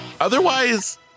otherwise